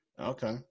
Okay